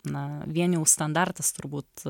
na vien jau standartas turbūt